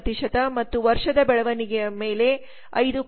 2 ಮತ್ತು ವರ್ಷದ ಬೆಳವಣಿಗೆಯ ಮೇಲೆ 5